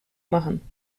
machen